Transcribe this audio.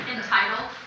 Entitled